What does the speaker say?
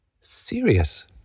Serious